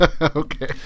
Okay